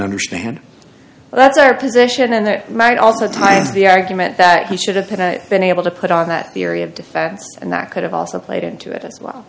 understand that's our position and there might also times the argument that he shouldn't have been able to put on that theory of defense and that could have also played into it as well